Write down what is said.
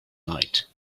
night